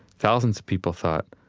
thousands of people thought,